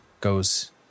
goes